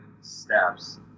steps